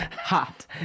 hot